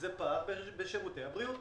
זה פער גדול בשירותי הבריאות.